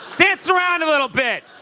dance around a little bit!